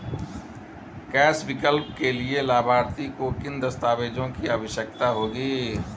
Cash pickup के लिए लाभार्थी को किन दस्तावेजों की आवश्यकता होगी?